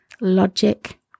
logic